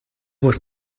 was